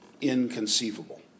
inconceivable